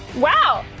wow.